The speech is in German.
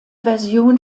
version